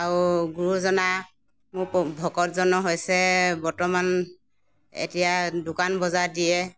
আৰু গুৰুজনা মোৰ ভকতজনো হৈছে বৰ্তমান এতিয়া দোকান বজাৰ দিয়ে